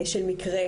מקרה,